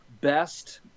best